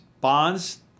bonds